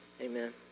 Amen